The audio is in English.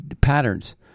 patterns